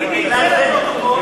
תוסיפי את זה לפרוטוקול,